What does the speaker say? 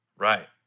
Right